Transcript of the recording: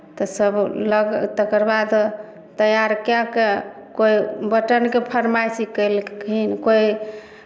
तऽ सब लग् तकर बाद तैयार कए कऽ कोइ बटनके फरमाइशी कयलखिन कोइ